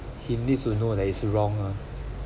he needs to know that is wrong lah